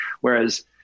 Whereas